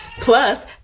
plus